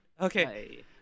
Okay